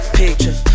picture